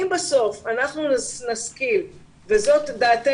זה לא משהו חדש שאנחנו ממציאים עכשיו אבל צריך בחזרה להירתם תחת